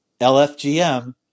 LFGM